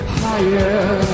higher